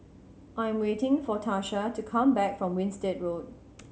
I am waiting for Tarsha to come back from Winstedt Road